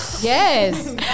Yes